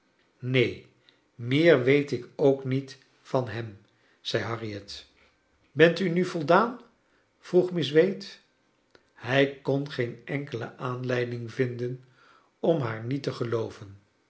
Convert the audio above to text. neen meer weet ik ook niet van hem zei harriet bent u nu voldaan vroeg miss wade hij kon geen enkele aanleiding vinden om haar niet te gelooven